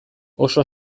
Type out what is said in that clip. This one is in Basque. oso